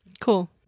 Cool